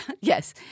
Yes